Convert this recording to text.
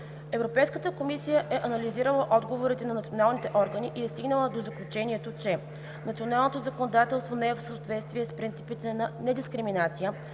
Европейската комисия е анализирала отговорите на националните органи и е стигнала до заключението, че националното законодателство не е в съответствие с принципите на недискриминация,